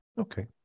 Okay